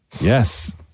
yes